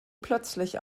plötzlich